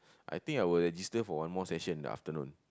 I think I will register for one more session after then